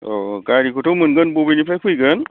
अ' गारिखौथ' मोनगोन बबेनिफ्राय फैगोन